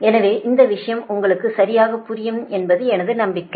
எனவே இந்த விஷயங்கள் உங்களுக்கு சரியாக புரியும் என்பது எனது நம்பிக்கை